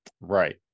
right